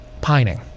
pining